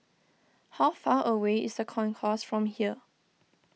how far away is the Concourse from here